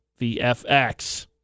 VFX